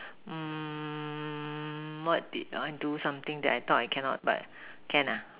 mm what did I do something that I thought I cannot but can ah